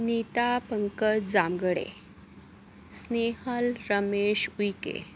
Nita Pankaj Jangde Snehal Ramesh Vikhe